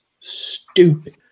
stupid